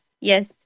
yes